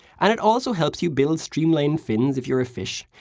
and it also helps you build streamlined fins if you're a fish,